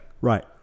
Right